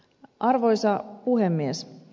arvoisa puhemies